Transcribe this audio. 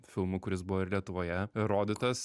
filmu kuris buvo ir lietuvoje rodytas